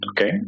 Okay